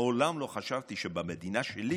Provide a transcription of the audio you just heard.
מעולם לא חשבתי שבמדינה שלי